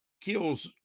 kills